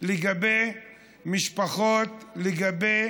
לגבי משפחות, לגבי